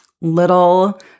Little